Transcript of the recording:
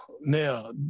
now